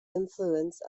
influence